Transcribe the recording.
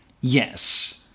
Yes